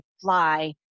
fly